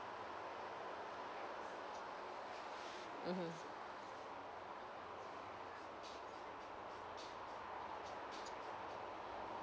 mmhmm